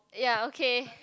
ya okay